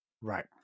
Right